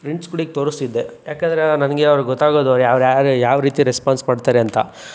ಫ್ರೆಂಡ್ಸ್ಗಳಿಗೆ ತೋರಿಸ್ತಿದ್ದೆ ಏಕೆಂದರೆ ನನಗೆ ಅವ್ರು ಗೊತ್ತಾಗೋದು ಅವ್ರು ಯಾರು ಯಾವ ರೀತಿ ರೆಸ್ಪಾನ್ಸ್ ಮಾಡ್ತಾರೆ ಅಂತ